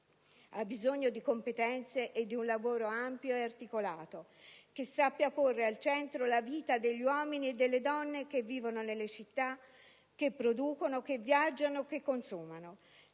ha bisogno di competenze e di un lavoro ampio ed articolato, che sappia porre al centro la vita degli uomini e delle donne che vivono nelle città, che producono, che viaggiano, che consumano.